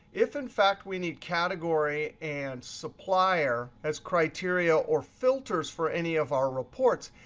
if in fact we need category and supplier as criteria or filters for any of our reports,